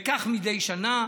וכך מדי שנה.